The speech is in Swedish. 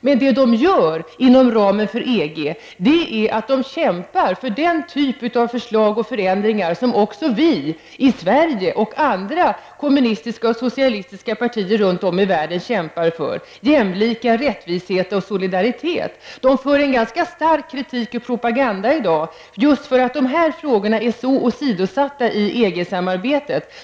Men det de gör, inom ramen för EG, är att kämpa för den typ av förslag och förändringar som vi i Sverige, liksom de som verkar inom andra kommunistiska och socialistiska partier runt om i världen, kämpar för: jämlikhet, rättvisa och solidaritet. De framför också ganska skarp kritik och bedriver propaganda därför att dessa frågor är så åsidosatta i EG-samarbetet.